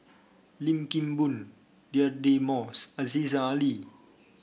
Lim Kim Boon Deirdre Moss Aziza Ali